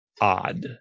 odd